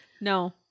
No